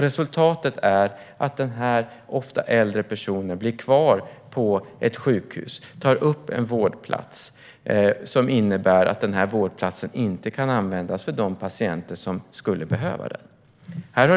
Resultatet blir att personen, som ofta är äldre, blir kvar på ett sjukhus och tar upp en vårdplats, vilket innebär att den inte kan användas för de patienter som skulle behöva den.